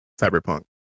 Cyberpunk